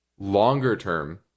longer-term